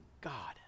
God